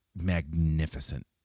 magnificent